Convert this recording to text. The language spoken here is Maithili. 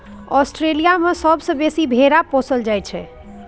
आस्ट्रेलिया मे सबसँ बेसी भेरा पोसल जाइ छै